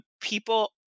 people